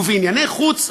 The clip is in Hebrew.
ובענייני חוץ,